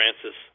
Francis